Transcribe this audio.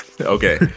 Okay